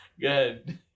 Good